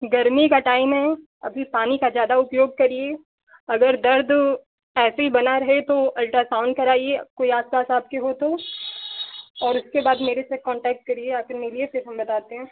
गर्मी का टाइम है अभी पानी का ज्यादा उपयोग करिए अगर दर्द ऐसे ही बना रहे तो अल्ट्रासाउंड कराइए कोई आसपास आपके हो तो और उसके बाद मेरे से कॉन्टैक्ट करिए आकर मिलिए फिर हम बताते हैं